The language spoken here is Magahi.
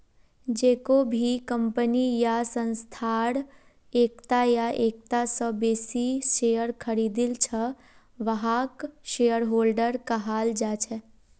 जेको भी कम्पनी या संस्थार एकता या एकता स बेसी शेयर खरीदिल छ वहाक शेयरहोल्डर कहाल जा छेक